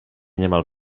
niemal